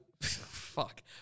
Fuck